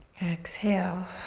exhale.